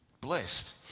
Blessed